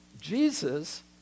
Jesus